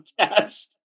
podcast